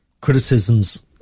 criticisms